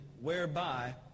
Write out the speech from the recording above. whereby